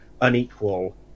unequal